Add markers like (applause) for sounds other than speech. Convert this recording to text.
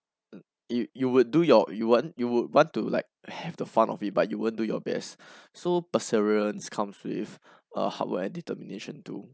(noise) you would do your you wouldn't you would want to like have the fun of it but you wouldn't do your best (breath) so perseverance comes with uh hard work and determination too